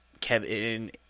Kevin